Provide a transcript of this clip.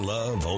Love